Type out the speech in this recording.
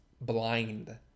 blind